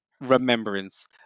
remembrance